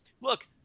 look